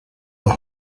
the